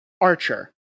Archer